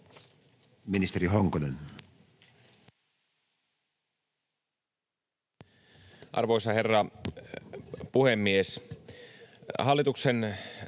Ministeri Honkonen. Arvoisa herra puhemies! Aloitan